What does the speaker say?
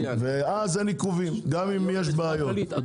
ואז אין עיכובים גם אם יש בעיות.